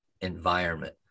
environment